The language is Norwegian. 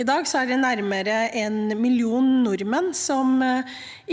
I dag er det nærmere én million nordmenn som